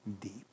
deep